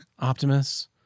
Optimus